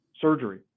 surgery